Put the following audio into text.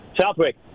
Southwick